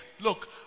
Look